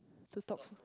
to talk